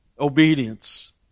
obedience